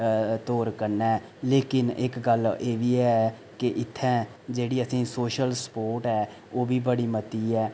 ते होर कन्नै लेकिन इक गल्ल एह् बी ऐ कि इत्थें जेह्ड़ी असेंगी सोशल स्पोर्ट ऐ ओह् बी बड़ी मती ऐ